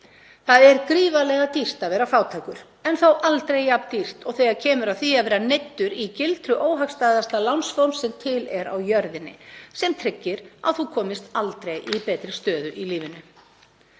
Það er gríðarlega dýrt að vera fátækur en þó aldrei jafn dýrt og þegar kemur að því að vera neyddur í gildru óhagstæðasta lánsforms sem til er á jörðinni sem tryggir að þú kemst aldrei í betri stöðu í lífinu.